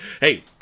Hey